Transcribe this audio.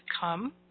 come